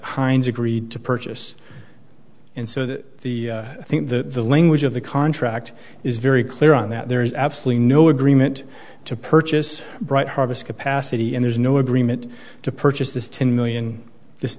hines agreed to purchase and so that the i think the language of the contract is very clear on that there is absolutely no agreement to purchase bright harvest capacity and there's no agreement to purchase this ten million